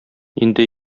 инде